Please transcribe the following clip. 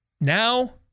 Now